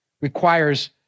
requires